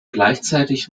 gleichzeitig